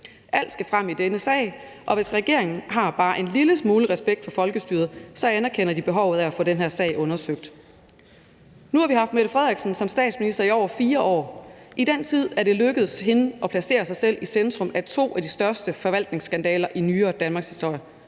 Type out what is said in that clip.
Alt skal frem i denne sag. Og hvis regeringen har bare en lille smule respekt for folkestyret, anerkender den behovet for at få den her sag undersøgt. Nu har vi haft Mette Frederiksen som statsminister i over 4 år. I den tid er det lykkedes hende at placere sig selv i centrum for to af de største forvaltningsskandaler i nyere danmarkshistorie: